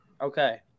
Okay